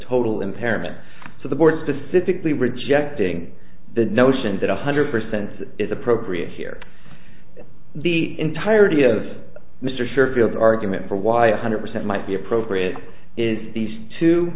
total impairment so the board specifically rejecting the notion that one hundred percent is appropriate here the entirety of mr sure feels argument for why a hundred percent might be appropriate is these two